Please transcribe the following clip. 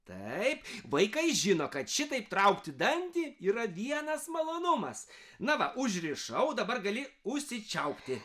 taip vaikai žino kad šitaip traukti dantį yra vienas malonumas na va užrišau dabar gali užsičiaupti